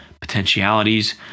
potentialities